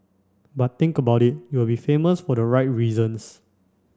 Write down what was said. but think about it you will be famous for the right reasons